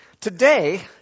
Today